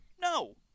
no